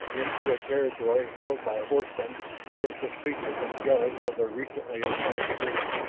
into a territory held by horsemen who were suspicious and jealous of their recently acquired freedom.